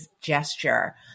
gesture